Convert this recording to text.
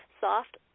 soft